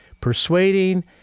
persuading